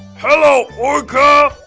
hello orca!